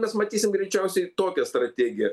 mes matysim greičiausiai tokią strategiją